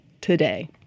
today